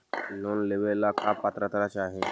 Loan लेवेला का पात्रता चाही?